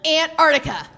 Antarctica